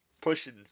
pushing